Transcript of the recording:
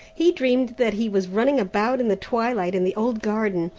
he dreamed that he was running about in the twilight in the old garden.